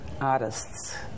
artists